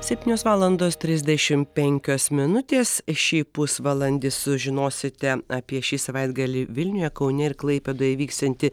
septynios valandos trisdešimt penkios minutės šį pusvalandį sužinosite apie šį savaitgalį vilniuje kaune ir klaipėdoje vyksiantį